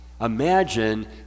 Imagine